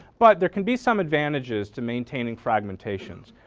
but there can be some advantages to maintaining fragmentations,